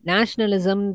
Nationalism